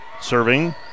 Serving